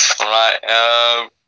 right